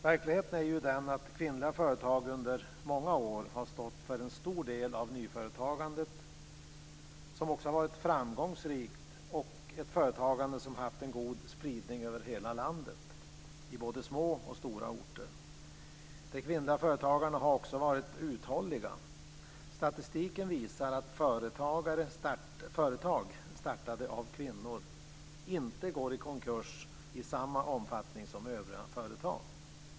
Verkligheten är ju den att kvinnliga företagare under många år har stått för en stor del av nyföretagandet, som också har varit framgångsrikt. Det har varit ett företagande som haft en god spridning över hela landet på både små och stora orter. De kvinnliga företagarna har också varit uthålliga. Statistiken visar att företag startade av kvinnor inte går i konkurs i samma omfattning som övriga företag.